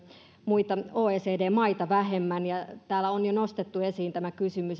muita oecd maita vähemmän täällä on jo nostettu esiin tämä kysymys